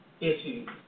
issues